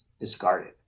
discarded